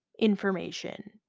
information